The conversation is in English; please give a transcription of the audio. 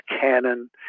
Canon